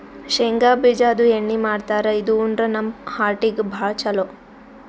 ಶೇಂಗಾ ಬಿಜಾದು ಎಣ್ಣಿ ಮಾಡ್ತಾರ್ ಇದು ಉಂಡ್ರ ನಮ್ ಹಾರ್ಟಿಗ್ ಭಾಳ್ ಛಲೋ